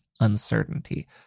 uncertainty